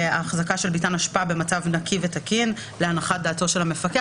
החזקה של ביתן אשפה במצב נקי ותקין להנחת דעתו של המפקח.